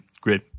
great